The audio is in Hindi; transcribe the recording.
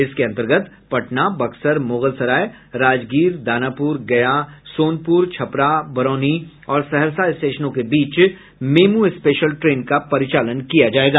इसके अन्तर्गत पटना बक्सर मुगलसराय राजगीर दानापुर गया सोनपुर छपरा बरौनी और सहरसा स्टेशनों के बीच मेमू स्पेशल ट्रेन का परिचालन किया जायेगा